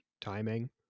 timing